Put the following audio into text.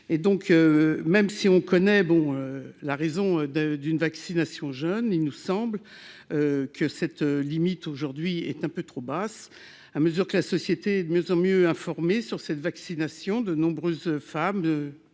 et donc même si on connaît bon la raison de d'une vaccination, jeune, il nous semble que cette limite aujourd'hui est un peu trop basse à mesure que la société de mieux en mieux informés sur cette vaccination de nombreuses femmes